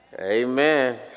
Amen